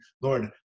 Lord